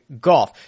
golf